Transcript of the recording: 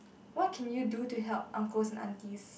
what can you do to help uncles and aunties